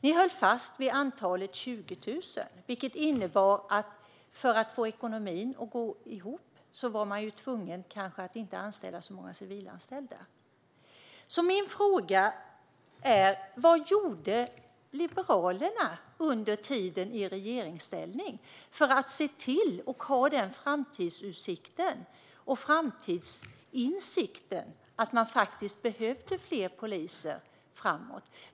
Ni höll fast vid antalet 20 000, vilket innebar att man för att få ekonomin att gå ihop kanske var tvungen att inte anställa så många som civilanställda. Vad gjorde Liberalerna under tiden i regeringsställning med tanke på framtidsutsikten och framtidsinsikten att man faktiskt behövde fler poliser framöver?